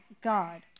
God